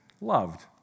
loved